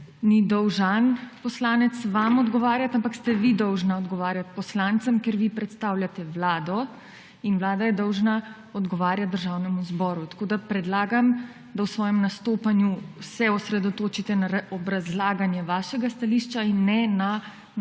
ni dolžan poslanec vam odgovarjati, ampak ste vi dolžna odgovarjati poslancem, ker vi predstavljate Vlado in Vlada je dolžna odgovarjati Državnemu zboru. Tako predlagam, da se v svojem nastopanju osredotočite na obrazlaganje vašega stališča in ne na